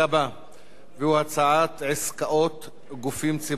והוא: הצעת חוק עסקאות גופים ציבוריים (תיקון,